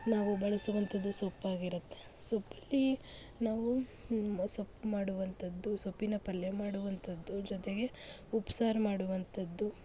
ನಾವು ಬಳ್ಸುವಂಥದ್ದು ಸೊಪ್ಪಾಗಿರುತ್ತೆ ಸೊಪ್ಪಲ್ಲಿ ನಾವು ಸೊಪ್ಪು ಮಾಡುವಂಥದ್ದು ಸೊಪ್ಪಿನ ಪಲ್ಯ ಮಾಡುವಂಥದ್ದು ಜೊತೆಗೆ ಉಪ್ಸಾರು ಮಾಡುವಂಥದ್ದು